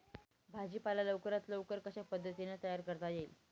भाजी पाला लवकरात लवकर कशा पद्धतीने तयार करता येईल?